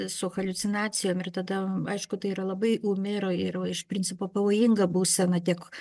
su haliucinacijom ir tada aišku tai yra labai ūmi ir ir iš principo pavojinga būsena tiek